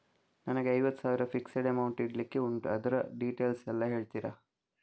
ನನಗೆ ಐವತ್ತು ಸಾವಿರ ಫಿಕ್ಸೆಡ್ ಅಮೌಂಟ್ ಇಡ್ಲಿಕ್ಕೆ ಉಂಟು ಅದ್ರ ಡೀಟೇಲ್ಸ್ ಎಲ್ಲಾ ಹೇಳ್ತೀರಾ?